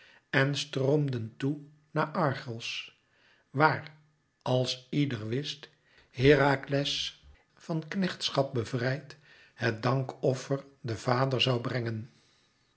en stroomden toe naar argos waar als ieder wist herakles van knechtschap bevrijd het dankoffer den vader zoû brengen